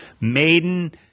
maiden